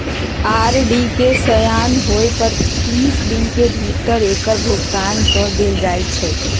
RD के सेयान होय पर तीस दिन के भीतरे एकर भुगतान क देल जाइ छइ